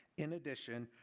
in addition,